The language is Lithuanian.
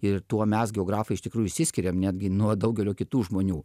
ir tuo mes geografai iš tikrųjų išsiskiriam netgi nuo daugelio kitų žmonių